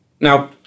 Now